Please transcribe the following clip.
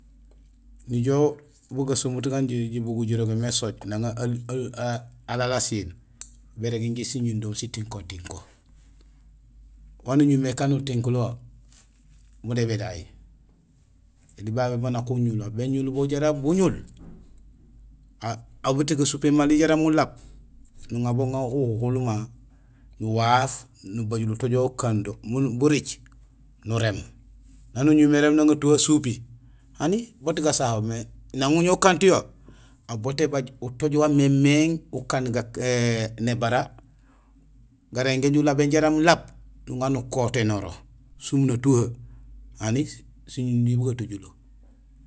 Nijoow bu gasomut gan bugul jirogé mé sooj; nang alaal asiil; bérégil injé siñunduhoom sitinko tinko. Wa nuñumé ékaan nutinkul wo: bunébéday; éli babé bo nak uñulool. Béñul bo jaraam buñul; boté gasupéén mali jaraam mulaab nuŋa bo uŋa uwuhul ma nuwaaf nubajul utooj wawu ukando mon buriic, nuréém. Naan ubilmé éréén nang atuhee asupi, hani boot gasaho mais nang uñoow kante yo, aw boot ébaaj utooj wamémééŋ ukaan nébara; garingééj nulabéén jaraam laab nuŋa nukoténoro sum natuhee hani siñunduhi bu gatojulo.